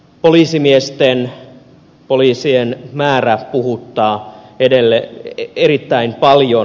poliisimiesten poliisien määrä puhuttaa erittäin paljon